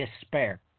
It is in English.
despair